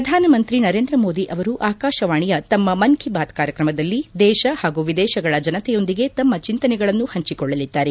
ಪ್ರಧಾನ ಮಂತ್ರಿ ನರೇಂದ್ರ ಮೋದಿ ಅವರು ಆಕಾಶವಾಣಿಯ ತಮ್ಮ ಮನ್ ಕಿ ಬಾತ್ ಕಾರ್ಯಕ್ರಮದಲ್ಲಿ ದೇಶ ಹಾಗೂ ವಿದೇಶಗಳ ಜನತೆಯೊಂದಿಗೆ ತಮ್ಮ ಚಿಂತನೆಗಳನ್ನು ಪಂಚಿಕೊಳ್ಳಲಿದ್ದಾರೆ